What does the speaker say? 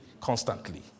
constantly